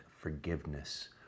forgiveness